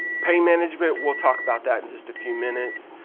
pain management, we'll talk about that in just a few minutes.